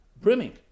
brimming